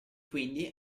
quindi